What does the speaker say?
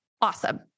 awesome